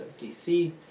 DC